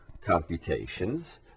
computations